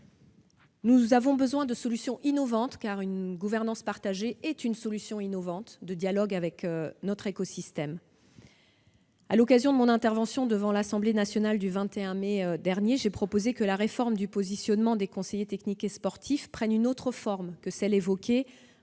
Nous avons besoin de solutions innovantes, une gouvernance partagée étant elle-même une solution innovante de dialogue avec notre écosystème. À l'occasion de mon intervention devant l'Assemblée nationale le 21 mai dernier, j'ai proposé que la réforme du positionnement des conseillers techniques sportifs prenne une autre forme que celle qui